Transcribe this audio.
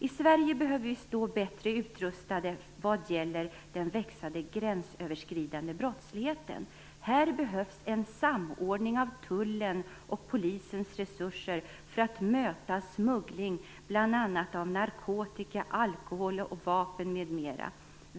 I Sverige behöver vi stå bättre rustade vad gäller den växande gränsöverskridande brottsligheten. Här behövs en samordning av tullens och polisens resurser för att möta smuggling av narkotika, alkohol, vapen m.m.